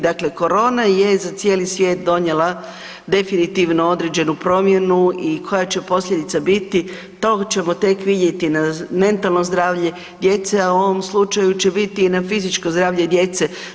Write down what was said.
Dakle, korona je za cijeli svijet donijela definitivno određenu promjenu i koja će posljedica biti to ćemo tek vidjeti na mentalno zdravlje djece, a u ovom slučaju će biti i na fizičko zdravlje djece.